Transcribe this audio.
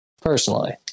Personally